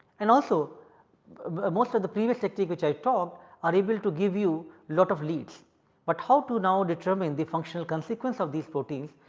and also most of the previous technique which i have taught are able to give you lot of leads but how to now determine the functional consequence of these proteins,